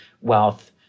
wealth